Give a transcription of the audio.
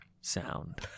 sound